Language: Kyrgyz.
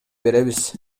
беребиз